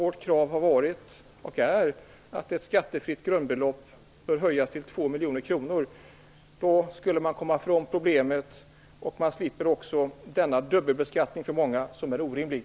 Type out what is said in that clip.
Vårt krav har varit och är att det skattefria grundbeloppet skall höjas till 2 miljoner kronor. Då skulle man komma ifrån problemet, och man slipper också den dubbelbeskattning som många får och som är orimlig.